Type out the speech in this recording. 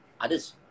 others